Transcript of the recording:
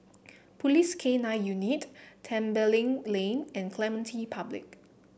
Police K Nine Unit Tembeling Lane and Clementi Public